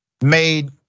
made